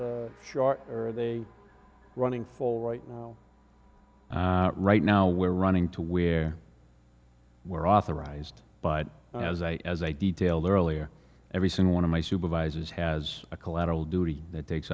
lieutenants short or are they running full right now right now we're running to where we're authorized but as a as a detailed earlier every single one of my supervisors has a collateral duty that takes